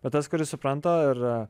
bet tas kuris supranta ir